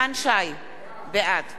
בעד סילבן שלום,